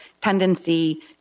tendency